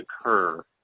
occur